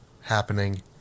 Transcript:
happening